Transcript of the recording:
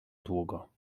długo